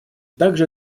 также